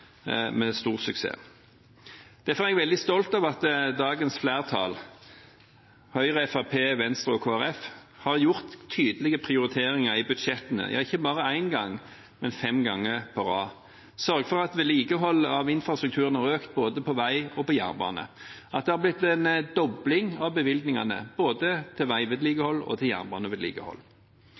med stor suksess. Derfor er jeg veldig stolt av at dagens flertall, Høyre, Fremskrittspartiet, Venstre og Kristelig Folkeparti, har foretatt tydelige prioriteringer i budsjettene – ja, ikke bare én gang, men fem ganger på rad. En har sørget for at vedlikehold av infrastrukturen har økt både på vei og på jernbane, og at det har blitt en dobling av bevilgningene både til veivedlikehold og til jernbanevedlikehold.